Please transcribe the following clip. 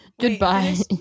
Goodbye